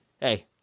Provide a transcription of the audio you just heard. hey